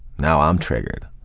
now i'm triggered.